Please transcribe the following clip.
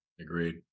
Agreed